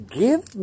give